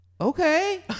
Okay